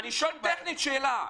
אני שואל טכנית שאלה.